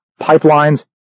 Pipelines